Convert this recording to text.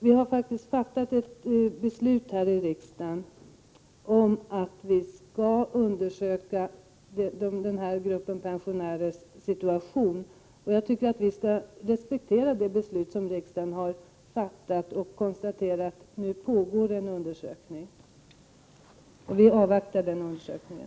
Vi har fattat ett beslut här i riksdagen att vi skall undersöka situationen för den här gruppen pensionärer. Jag tycker att vi skall respektera det beslut som riksdagen har fattat. Jag konstaterar att det pågår en undersökning, och vi avvaktar den undersökningen.